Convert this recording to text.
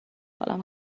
حالم